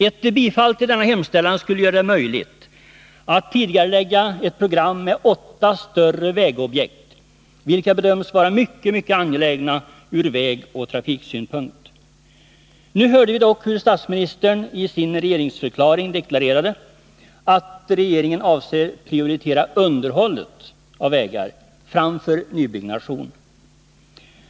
Ett bifall till denna hemställan skulle göra det möjligt att tidigarelägga ett program med åtta större vägobjekt, vilka bedöms vara mycket angelägna ur vägoch trafiksynpunkt. Nu har vi dock hört statsministern deklarera i sin regeringsförklaring att regeringen avser att prioritera underhållet av vägar framför nybyggnation.